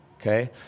okay